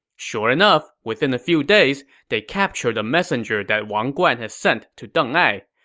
sure enough, within a few days, they captured a messenger that wang guan had sent to deng ai.